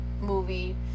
movie